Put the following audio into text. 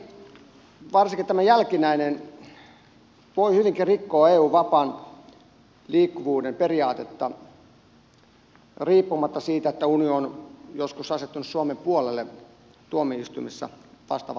mielestäni varsinkin tämä jälkimmäinen voi hyvinkin rikkoa eun vapaan liikkuvuuden periaatetta riippumatta siitä että unioni on joskus asettunut suomen puolelle tuomioistuimessa vastaavanlaisessa tilanteessa